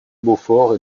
beaufort